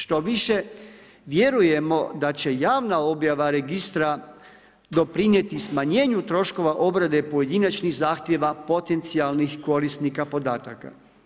Štoviše vjerujemo da će javna objava registra doprinijeti smanjenju troškova obrade pojedinačnih zahtjeva potencijalnih korisnika podataka.